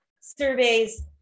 surveys